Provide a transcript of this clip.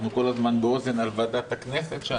אנחנו כל הזמן באוזן על ועדת הכנסת.